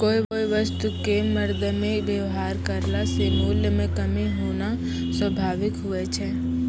कोय वस्तु क मरदमे वेवहार करला से मूल्य म कमी होना स्वाभाविक हुवै छै